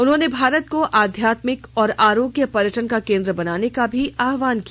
उन्होंने भारत को आध्यात्मिक और आरोग्य पर्यटन का केन्द्र बनाने का भी आहवान किया